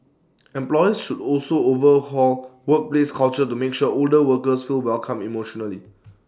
employers should also overhaul workplace culture to make sure older workers feel welcome emotionally